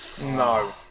No